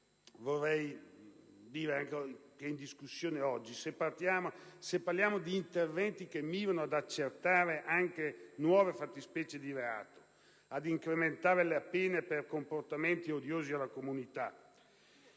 nel presente disegno di legge, se parliamo di interventi che mirano ad accertare nuove fattispecie di reato e ad incrementare le pene per comportamenti odiosi alla comunità,